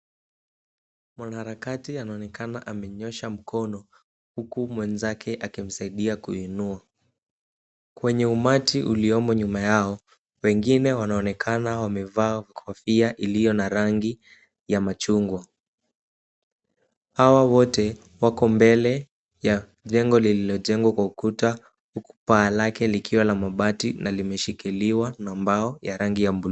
Mwanaharakati anaonekana amenyosha mkono huku mwenzake akimsaidia kuinua. Kwenye umati uliomo nyuma yao, wengine wanaonekana wamevaa kofia iliyo na rangi ya machungwa. Hawa wote wako mbele ya jengo lililojengwa kwa ukuta huku paa lake likiwa la mabati na limeshikiliwa na mbao ya rangi ya buluu.